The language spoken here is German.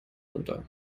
unter